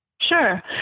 Sure